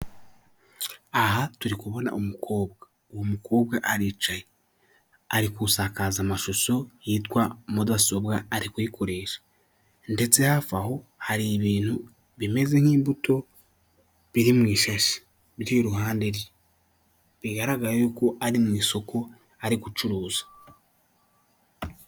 Aba ni abantu bagera kuri barindwi bahagaze ahantu hamwe ku itapi y'umutuku barakeye cyane, bafite icyapa cyamamaza ibijyanye n'ubwishingizi mu biganza byabo higanjemo abagore ndetse n'abagabo.